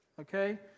Okay